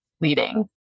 leading